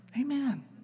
Amen